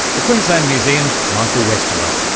the queensland museum's michael westaway.